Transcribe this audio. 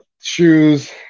shoes